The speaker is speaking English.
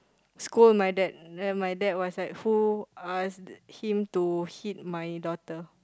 scold my dad then my dad was like who ask him to hit my daughter